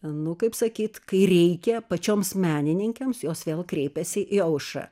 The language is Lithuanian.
nu kaip sakyt kai reikia pačioms menininkėms jos vėl kreipiasi į aušrą